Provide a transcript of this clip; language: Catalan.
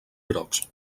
grocs